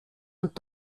und